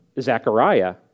Zechariah